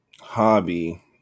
Hobby